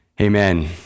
Amen